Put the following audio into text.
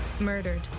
murdered